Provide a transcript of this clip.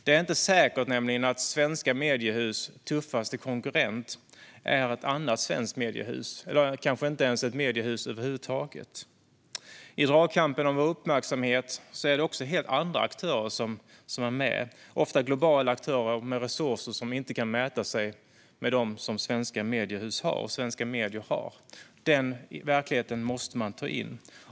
Det är nämligen inte säkert att svenska mediehus tuffaste konkurrent är ett annat svenskt mediehus - det är kanske inte ens ett mediehus över huvud taget. I dragkampen om vår uppmärksamhet är det även helt andra aktörer som är med. Det är ofta globala aktörer med resurser som svenska mediehus och svenska medier inte kan mäta sig med. Den verkligheten måste man ta in.